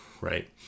Right